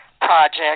project